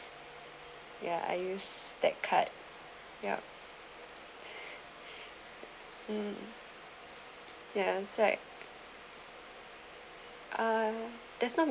ya I use that card yup um the other side uh there's not